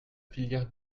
filière